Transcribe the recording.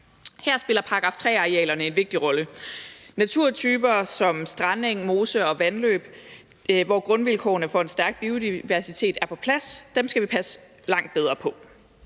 Her spiller § 3-arealerne en vigtig rolle. Naturtyper som strandeng, mose og vandløb, hvor grundvilkårene for en stærk biodiversitet er på plads, skal vi passe langt bedre på,